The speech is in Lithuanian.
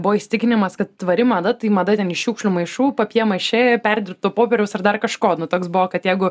buvo įsitikinimas kad tvari mada tai mada ten iš šiukšlių maišų papjė mašė perdirbto popieriaus ar dar kažko nu toks buvo kad jeigu